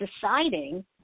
deciding